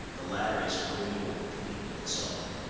the latter is coeval with the people itself.